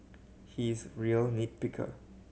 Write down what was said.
he is real nit picker